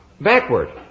Backward